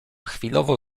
chwilowo